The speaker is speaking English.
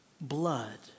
blood